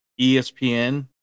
ESPN